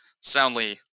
soundly